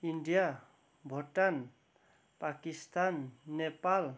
India Bhutan Pakistan Nepal